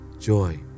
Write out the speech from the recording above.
Joy